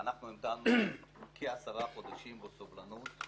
ואנחנו המתנו כ-10 חודשים בסבלנות.